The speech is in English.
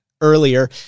earlier